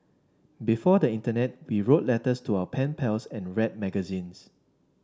before the internet we wrote letters to our pen pals and read magazines